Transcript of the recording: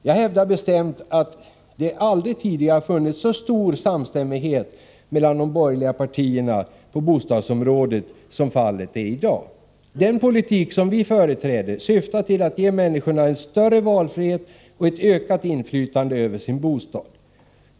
Jag hävdar bestämt att det aldrig tidigare har funnits så stor samstämmighet mellan de borgerliga partierna på bostadsområdet som fallet är i dag. Den politik som vi företräder syftar till att ge människorna en större valfrihet och ett ökat inflytande över sin bostad.